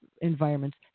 environments